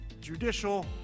judicial